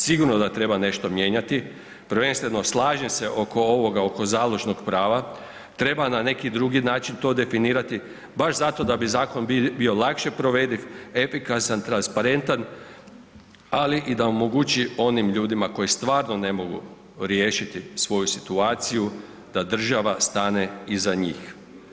Sigurno da treba nešto mijenjati, prvenstveno slažem se oko ovoga oko založnog prava, treba na neki drugi način to definirati baš zato da bi zakon bio lakše provediv, efikasan, transparentan, ali i da omogući onim ljudima koji stvarno ne mogu riješiti svoju situaciju da država stane iz njih.